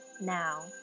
now